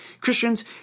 Christians